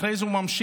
אחרי זה הוא ממשיך: